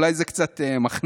אולי זה קצת מכניס,